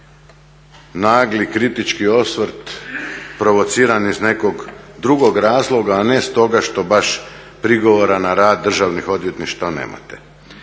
nagli kritički osvrt provociran iz nekog drugog razloga, a ne stoga što baš prigovora na rad državnih odvjetništava nemate.